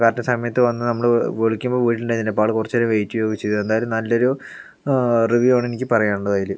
correct സമയത്ത് വന്ന് നമ്മൾ വിളിക്കുമ്പോൾ വീട്ടിൽ ഉണ്ടായിരുന്നില്ല അപ്പോൾ ആൾ കുറച്ച് നേരം വെയിറ്റ് ചെയുകയൊക്കെ ചെയ്തു എന്തായാലും നല്ലൊരു റിവ്യൂ ആണ് എനിക്ക് പറയാൻ ഉള്ളത് അതിൽ